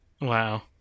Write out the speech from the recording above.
Wow